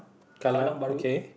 Kallang okay